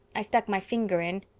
i stuck my finger in.